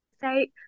say